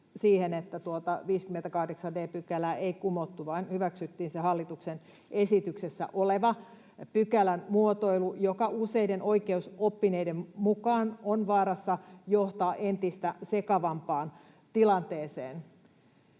tuota 58 d §:ää ei kumottu vaan hyväksyttiin se hallituksen esityksessä oleva pykälän muotoilu, joka useiden oikeusoppineiden mukaan on vaarassa johtaa entistä sekavampaan tilanteeseen.